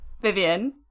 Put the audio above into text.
Vivian